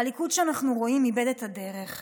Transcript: הליכוד שאנחנו רואים איבד את הדרך,